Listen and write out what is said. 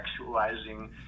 sexualizing